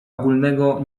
ogólnego